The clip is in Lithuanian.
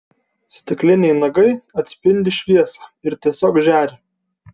stikliniai nagai atspindi šviesą ir tiesiog žėri